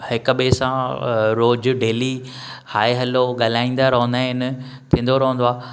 हिकु ॿिए सां रोज डेली हाय हैलो ॻाल्हाईंदा रहंदा आहिनि थींदो रहंदो आहे